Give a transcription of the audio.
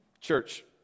Church